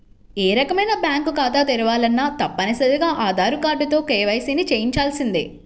ఏ రకమైన బ్యేంకు ఖాతా తెరవాలన్నా తప్పనిసరిగా ఆధార్ కార్డుతో కేవైసీని చెయ్యించాల్సిందే